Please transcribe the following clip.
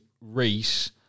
Reese